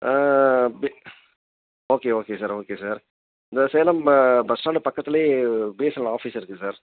B okay okay sir okay sir இந்த Salem bus stand பக்கத்திலயே BSNL office இருக்குது sir